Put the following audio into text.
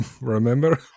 Remember